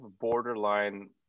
borderline